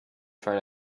try